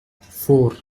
four